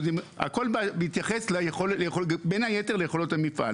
הכול בהתייחס בין היתר ליכולות המפעל.